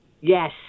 Yes